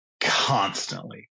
constantly